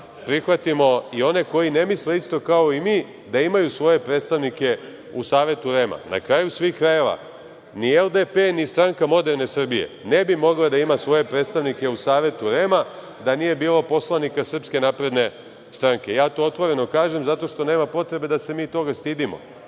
prihvatimo i one koji ne misle isto kao i mi, da imaju svoje predstavnike u Savetu REM-a. Na kraju svih krajeva, ni LDP ni SMS ne bi mogle da imaju svoje predstavnike u Savetu REM-a, da nije bilo poslanika SNS. To otvoreno kažem, zato što nema potrebe da se mi toga stidimo.